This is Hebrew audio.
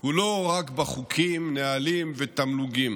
הוא לא רק בחוקים, בנהלים ובתמלוגים.